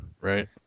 right